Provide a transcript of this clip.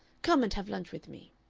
come and have lunch with me.